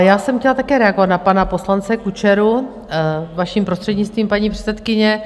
Já jsem chtěla také reagovat na pana poslance Kučeru, vaším prostřednictvím, paní předsedkyně.